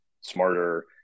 smarter